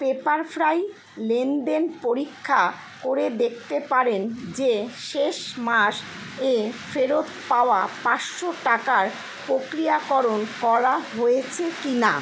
Pepperfry লেনদেন পরীক্ষা করে দেখতে পারেন যে শেষ মাস এ ফেরত পাওয়া পাঁচশো টাকার প্রক্রিয়াকরণ করা হয়েছে কিনা